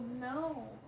No